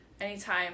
anytime